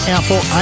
Apple